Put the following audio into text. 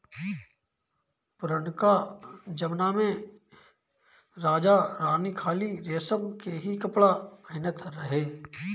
पुरनका जमना में राजा रानी खाली रेशम के ही कपड़ा पहिनत रहे